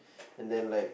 and then like